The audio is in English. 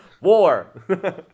War